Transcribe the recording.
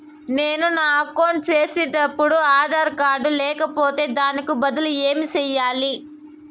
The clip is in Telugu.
నేను నా అకౌంట్ సేసేటప్పుడు ఆధార్ కార్డు లేకపోతే దానికి బదులు ఏమి సెయ్యాలి?